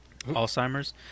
Alzheimer's